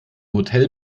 hotel